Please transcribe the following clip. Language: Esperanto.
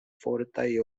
fortaj